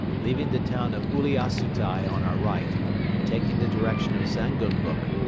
leaving the town of uliassutai on our right and taking the direction of zaganluk,